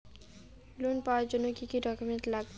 Loan পাওয়ার জন্যে কি কি ডকুমেন্ট লাগবে?